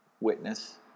witness